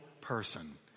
person